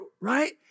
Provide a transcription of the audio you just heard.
right